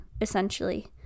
essentially